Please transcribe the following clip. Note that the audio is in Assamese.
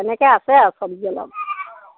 সেনেকৈ আছে আৰু চবজি অলপ